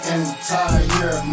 entire